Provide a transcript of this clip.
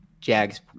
Jags